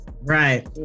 Right